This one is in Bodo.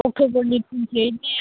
अक्ट'बरनि टुवेन्टिएइदने